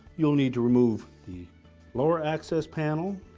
you'll need to remove the lower access panel,